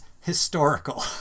historical